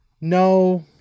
No